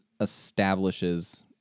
establishes